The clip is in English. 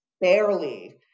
Barely